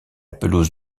pelouse